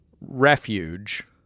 refuge